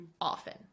often